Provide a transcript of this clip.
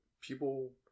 people